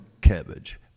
cabbage